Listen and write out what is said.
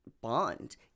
bond